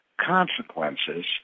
consequences